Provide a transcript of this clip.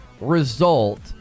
result